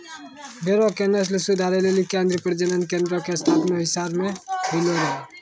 भेड़ो के नस्ल सुधारै लेली केन्द्रीय प्रजनन केन्द्रो के स्थापना हिसार मे होलो रहै